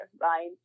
right